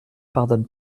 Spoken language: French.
pardonne